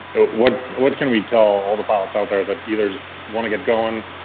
what what can we tell all the pilots out there that either want to get going,